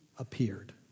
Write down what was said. appeared